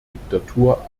diktatur